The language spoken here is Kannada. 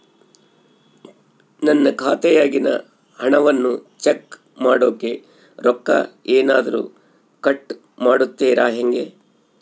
ನನ್ನ ಖಾತೆಯಾಗಿನ ಹಣವನ್ನು ಚೆಕ್ ಮಾಡೋಕೆ ರೊಕ್ಕ ಏನಾದರೂ ಕಟ್ ಮಾಡುತ್ತೇರಾ ಹೆಂಗೆ?